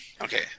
Okay